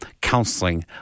counseling